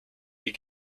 you